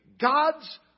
God's